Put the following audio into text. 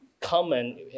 common